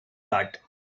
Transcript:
that